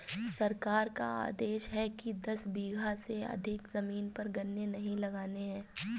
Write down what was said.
सरकार का आदेश है कि दस बीघा से अधिक जमीन पर गन्ने नही लगाने हैं